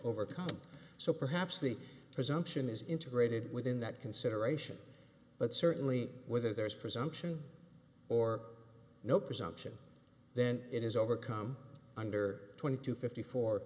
overcome so perhaps the presumption is integrated within that consideration but certainly whether there is presumption or no presumption then it is overcome under twenty two fifty fo